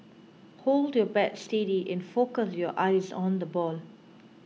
hold your bat steady and focus your eyes on the ball